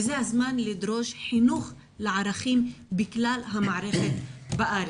וזה הזמן לדרוש חינוך לערכים בכלל המערכת בארץ.